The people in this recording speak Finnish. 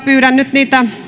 pyydän nyt niitä